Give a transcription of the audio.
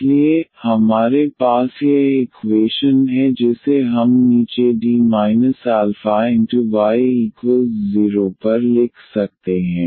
इसलिए हमारे पास यह इक्वेशन है जिसे हम नीचे D αz0 पर लिख सकते हैं